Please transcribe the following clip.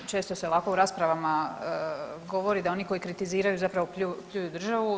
Često se ovako u raspravama govori da oni koji kritiziraju zapravo pljuju državu.